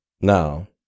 Now